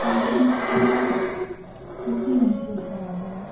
और लिखना खुद में ख़ुशी महसूस कराता है